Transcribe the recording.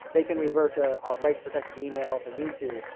they can revert to a rights protected email if they need to,